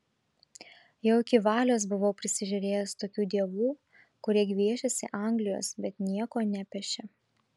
jau iki valios buvau prisižiūrėjęs tokių dievų kurie gviešėsi anglijos bet nieko nepešė